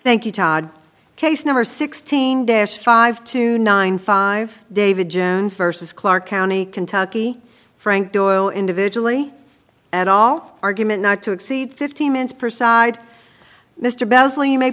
thank you todd case number sixteen dash five to nine five david jones versus clark county kentucky frank duo individually and all argument not to exceed fifteen minutes per side mr ba